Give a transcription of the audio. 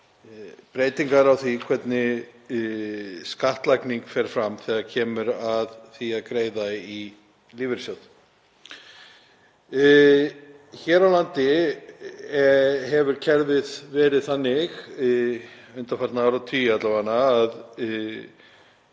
breytingar á því hvernig skattlagning fer fram þegar kemur að því að greiða í lífeyrissjóð. Hér á landi hefur kerfið verið þannig, alla vega undanfarna